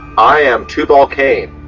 i am tubal-cain.